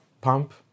pump